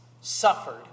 suffered